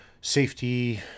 safety